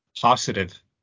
positive